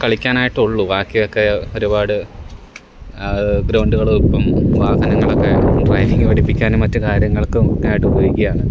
കളിക്കാനായിട്ടുള്ളു ബാക്കിയൊക്കെ ഒരുപാട് ഗ്രൗണ്ടുകളുയിപ്പം വാഹനങ്ങളൊക്കെ ഡ്രൈവിംഗ് പഠിപ്പിക്കാനും മറ്റ് കാര്യങ്ങൾക്കും ഒക്കെയായിട്ട് ഉപയോഗിക്കയാണ്